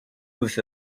was